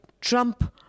Trump